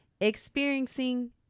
Experiencing